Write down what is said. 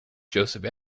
joseph